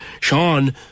Sean